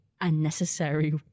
unnecessary